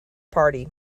party